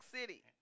City